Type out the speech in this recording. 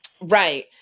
Right